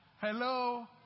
Hello